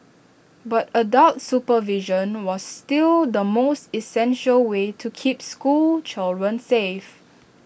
but adult supervision was still the most essential way to keep school children safe